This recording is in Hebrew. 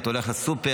אתה הולך לסופר,